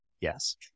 yes